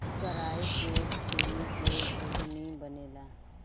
कराई के छीमी के घुघनी बनेला